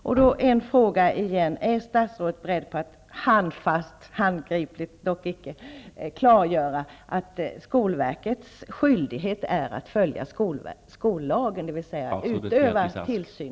Då är min fråga igen: Är statsrådet beredd att handfast, dock inte handgripligt, klargöra att skolverkets skyldighet är att följa skollagen, dvs. att utöva tillsyn?